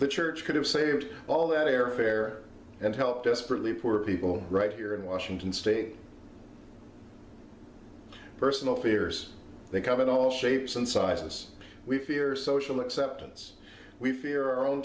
the church could have saved all that airfare and help desperately poor people right here in washington state personal fears they come in all shapes and sizes we fear social acceptance we fear our own